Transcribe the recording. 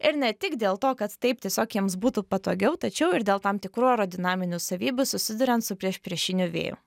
ir ne tik dėl to kad taip tiesiog jiems būtų patogiau tačiau ir dėl tam tikrų aerodinaminių savybių susiduriant su priešpriešiniu vėju